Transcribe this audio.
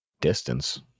distance